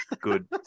Good